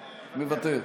מוותר,